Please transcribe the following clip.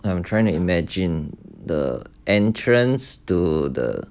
I'm trying to imagine the entrance to the